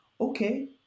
Okay